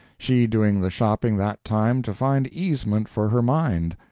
she doing the shopping that time to find easement for her mind,